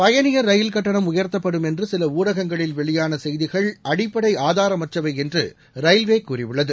பயனியர் rail கட்டணம் உயர்த்தப்படும் என்று சில ஊடகங்களில் வெளியான செய்திகள் அடிப்படை ஆதாரமற்றவை என்று ரயில்வே கூறியுள்ளது